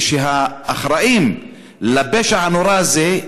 ושהאחראים לפשע הנורא הזה,